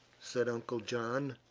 said uncle john,